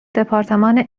دپارتمان